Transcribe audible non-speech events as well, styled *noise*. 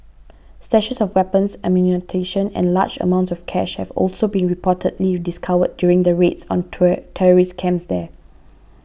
stashes of weapons ammunition and large amounts of cash have also been reportedly discovered during raids on *unintelligible* terrorist camps there